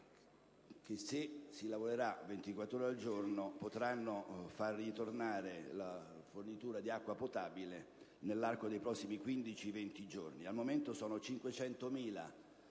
che, se si lavorerà ventiquattr'ore al giorno, potranno ripristinare la fornitura di acqua potabile nell'arco dei prossimi 15 o 20 giorni. Al momento, sono 500.000